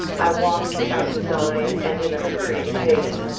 i walked without design and in a hurried pace.